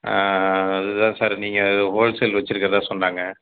அது தான் சார் நீங்கள் ஹோல்சேல் வச்சுருக்கறதா சொன்னாங்க